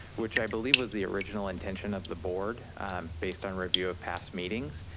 which i believe was the original intention of the board based on review of past meetings,